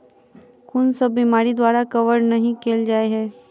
कुन सब बीमारि द्वारा कवर नहि केल जाय है?